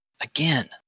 again